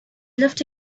left